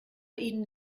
ihnen